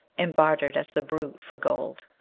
and barter'd as the brute for gold.